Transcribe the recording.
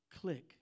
click